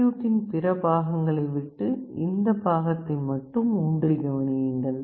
சர்க்யூட்டின் பிற பாகங்களை விட்டு இந்த பாகத்தை மட்டும் ஊன்றி கவனியுங்கள்